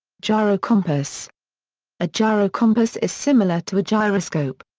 gyrocompass a gyrocompass is similar to a gyroscope.